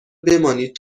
بمانید